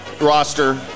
roster